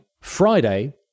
Friday